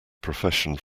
profession